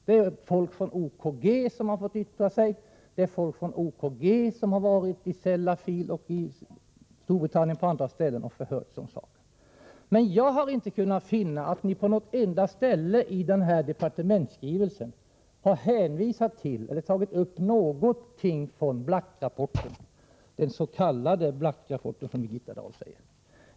Det är folk från OKG som har fått yttra sig. Det är folk från OKG som har varit i Sellafield och på andra ställen i Storbritannien och förhört sig om saken. Jag har inte kunnat finna att ni på något enda ställe i departementsskrivelsen tagit upp någonting från Blackrapporten — ”den s.k. Black-rapporten”, som Birgitta Dahl säger.